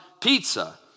pizza